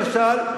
למשל,